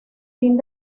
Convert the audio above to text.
fin